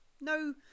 No